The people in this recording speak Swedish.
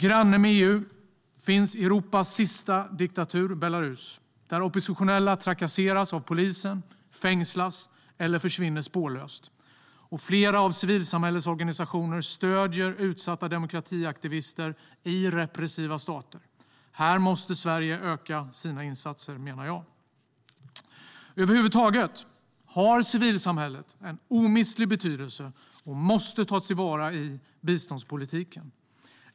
Granne med EU finns Europas sista diktatur, Belarus, där oppositionella trakasseras av polisen, fängslas eller försvinner spårlöst. Flera av civilsamhällets organisationer stöder utsatta demokratiaktivister i repressiva stater. Här måste Sverige öka sina insatser, menar jag. Över huvud taget har civilsamhället en omistlig betydelse och måste tas till vara i biståndspolitiken.